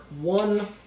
one